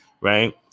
right